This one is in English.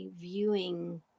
viewing